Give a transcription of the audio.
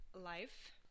life